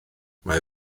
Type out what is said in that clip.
mae